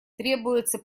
требуется